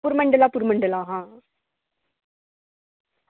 परमंडल परमंड़ल हां